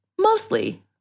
mostly